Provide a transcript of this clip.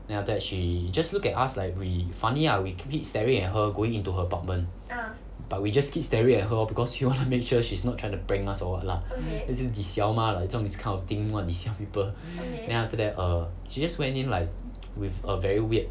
then after that she just look at us we funny ah we keep staring at her going into her apartment but we just keep staring at her lor because we want to make sure she's not trying to us prank us or what lah as in lisiao mah 做 these kind of thing 做什么 lisiao people then after that err she just went in like with a very weird